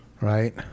right